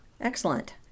excellent